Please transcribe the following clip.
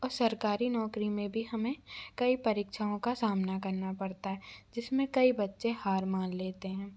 और सरकारी नौकरी में भी हमें कई परीक्षाओं का सामना करना पड़ता है जिसमें कई बच्चे हार मान लेते हैं